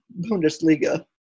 Bundesliga